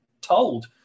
told